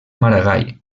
maragall